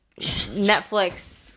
Netflix